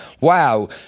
Wow